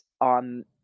on